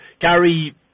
Gary